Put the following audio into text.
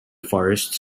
forests